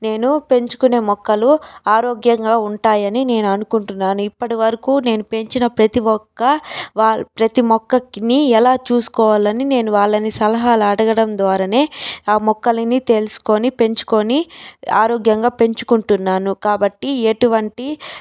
నేను పెంచుకొనే మొక్కలు ఆరోగ్యంగా ఉంటాయని నేననుకుంటున్నాను ఇప్పటి వరకు నేను పెంచిన ప్రతి మొక్క వా ప్రతి మొక్కకిని ఎలా చూసుకోవాలి అని నేను వాళ్ళని సలహాలు అడగడం ద్వారానే ఆ మొక్కలిని తెలుసుకొని పెంచుకొని ఆరోగ్యంగా పెంచుకుంటున్నాను కాబట్టి ఎటువంటి